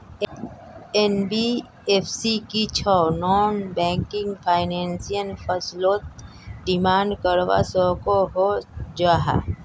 NBFC की छौ non banking financial फसलोत डिमांड करवा सकोहो जाहा?